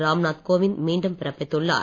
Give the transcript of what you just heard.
ராம்நாத் கோவிந்த் மீண்டும் பிறப்பித்துள்ளார்